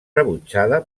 rebutjada